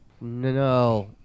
No